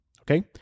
Okay